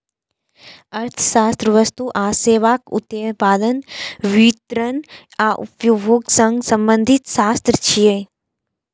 अर्थशास्त्र वस्तु आ सेवाक उत्पादन, वितरण आ उपभोग सं संबंधित शास्त्र छियै